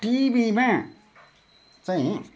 टिभीमा चाहिँ